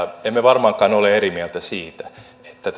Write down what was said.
emme varmaankaan ole eri mieltä siitä että